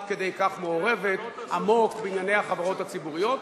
כדי כך מעורבת עמוק בענייני החברות הציבוריות,